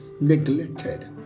neglected